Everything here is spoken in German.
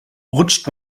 rutscht